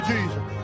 Jesus